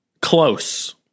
Close